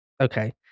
Okay